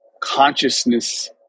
consciousness